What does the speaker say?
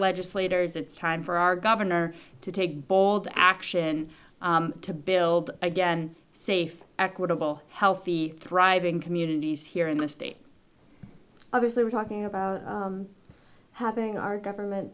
legislators it's time for our governor to take bold action to build again safe equitable healthy thriving communities here in the state obviously we're talking about having our government